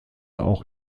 auch